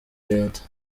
leta